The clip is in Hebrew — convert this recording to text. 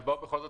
כאילו,